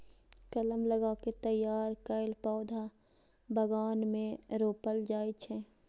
कलम लगा कें तैयार कैल पौधा बगान मे रोपल जाइ छै